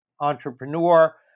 entrepreneur